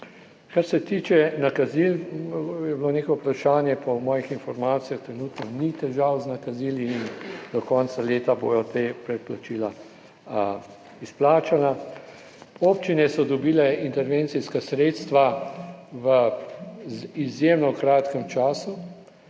Kar se tiče nakazil, je bilo neko vprašanje. Po mojih informacijah trenutno ni težav z nakazili in do konca leta bodo ta predplačila izplačana. Občine so dobile intervencijska sredstva v izjemno kratkem času,